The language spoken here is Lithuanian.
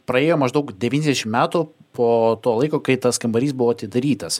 praėjo maždaug devyniasdešim metų po to laiko kai tas kambarys buvo atidarytas